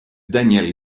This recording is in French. daniel